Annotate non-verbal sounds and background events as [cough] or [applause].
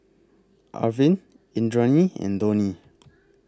Arvind Indranee and Dhoni [noise]